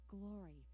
glory